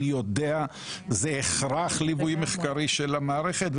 זה הכרח ליווי מחקרי של המערכת.